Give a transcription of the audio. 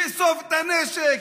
לאסוף את הנשק,